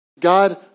God